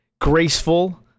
Graceful